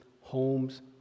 homes